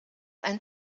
ein